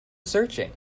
searching